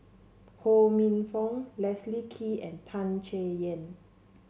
Ho Minfong Leslie Kee and Tan Chay Yan